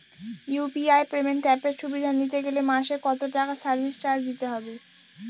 UPI payment অ্যাপের সুবিধা নিতে গেলে মাসে কত টাকা সার্ভিস চার্জ দিতে হবে?